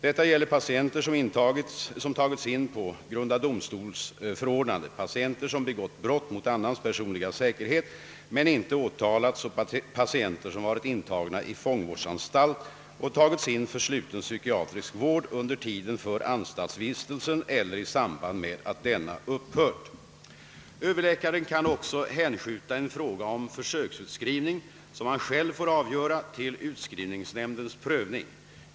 Detta gäller patienter som tagits in på grund av domstols förordnande, patienter som begått brott mot annans personliga säkerhet, men inte åtalats, och patienter som varit intagna i fångvårdsanstalt och tagits in för sluten psykiatrisk vård under tiden för anstaltsvistelsen eller i samband med att denna upphört. Överläkaren kan också hänskjuta en fråga om försöksutskrivning, som han själv får avgöra, till utskrivningsnämndens prövning.